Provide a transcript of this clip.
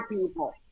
people